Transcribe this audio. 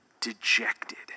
dejected